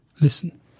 listen